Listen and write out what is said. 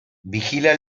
vigila